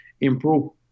improve